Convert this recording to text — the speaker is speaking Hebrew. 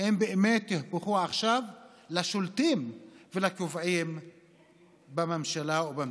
הם באמת יהפכו עכשיו לשולטים ולקובעים בממשלה ובמדינה,